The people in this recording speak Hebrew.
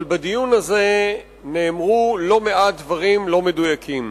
אבל בדיון הזה נאמרו לא מעט דברים לא מדויקים.